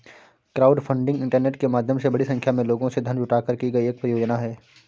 crowdfunding internet के माध्यम से बड़ी संख्या में लोगों से धन जुटाकर की गई एक परियोजना है